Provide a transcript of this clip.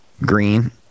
green